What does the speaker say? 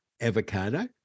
avocado